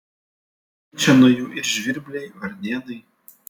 kenčia nuo jų ir žvirbliai varnėnai